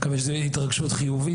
מקווה שזאת תהיה התרגשות חיובית.